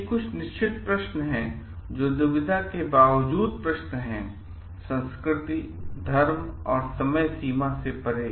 ये कुछ निश्चित प्रश्न हैं जो दुविधा के बावजूद प्रश्न हैं संस्कृति धर्म और समय सीमा से परे